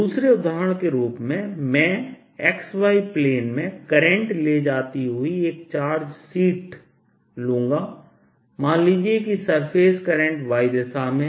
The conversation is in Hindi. दूसरे उदाहरण के रूप में मैं xy प्लेन में करंट ले जाती हुई एक चार्ज शीट लूंगा मान लीजिए कि सरफेस करंट y दिशा में है